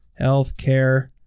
Healthcare